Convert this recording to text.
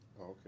Okay